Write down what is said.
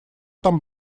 там